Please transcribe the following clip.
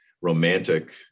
romantic